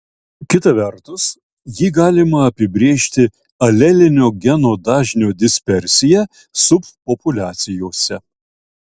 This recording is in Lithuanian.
kita vertus jį galima apibrėžti alelinio geno dažnio dispersija subpopuliacijose